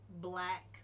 black